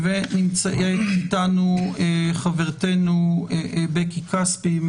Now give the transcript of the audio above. נמצאת איתנו חברתנו בקי כספי,